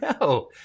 no